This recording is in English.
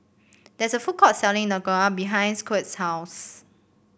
there is a food court selling Dhokla behind Quint's house